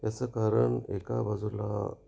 याचं कारण एका बाजूला